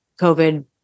COVID